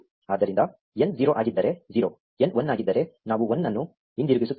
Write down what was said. ಆದ್ದರಿಂದ n 0 ಆಗಿದ್ದರೆ 0 n 1 ಆಗಿದ್ದರೆ ನಾವು 1 ಅನ್ನು ಹಿಂದಿರುಗಿಸುತ್ತೇವೆ